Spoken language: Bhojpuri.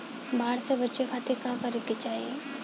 बाढ़ से बचे खातिर का करे के चाहीं?